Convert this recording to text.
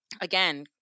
again